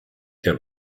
der